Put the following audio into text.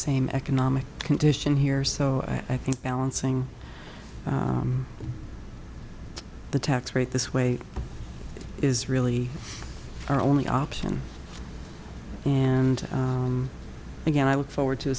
same economic condition here so i think balancing the tax rate this way is really our only option and again i look forward to